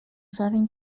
serving